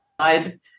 side